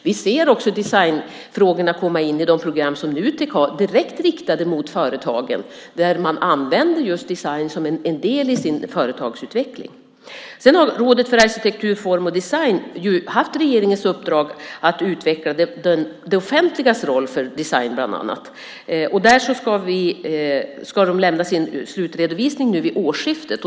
Vi ser också designfrågorna i de program som Nutek har direkt riktade mot företagen. Där används design som en del i företagsutvecklingen. Rådet för arkitektur, form och design har haft regeringens uppdrag att utveckla det offentligas roll för bland annat design. De ska lämna sin slutredovisning vid årsskiftet.